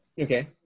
Okay